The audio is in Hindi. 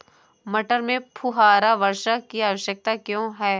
मटर में फुहारा वर्षा की आवश्यकता क्यो है?